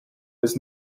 was